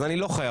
ואני לא חייב.